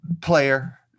player